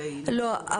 לא.